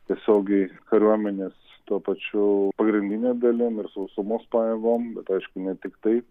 tiesiogiai kariuomenės tuo pačiu pagrindine dalim ir sausumos pajėgom bet aišku ne tiktai